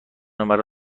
مرا